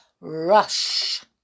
Rush